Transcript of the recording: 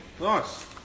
Nice